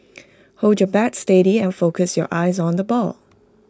hold your bat steady and focus your eyes on the ball